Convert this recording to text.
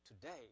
today